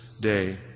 day